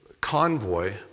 convoy